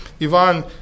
Ivan